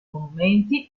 monumenti